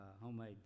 homemade